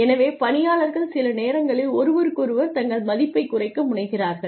எனவே பணியாளர்கள் சில நேரங்களில் ஒருவருக்கொருவர் தங்கள் மதிப்பைக் குறைக்க முனைகிறார்கள்